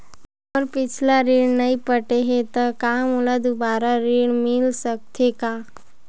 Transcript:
मोर पिछला ऋण नइ पटे हे त का मोला दुबारा ऋण मिल सकथे का?